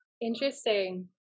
interesting